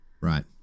Right